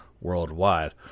worldwide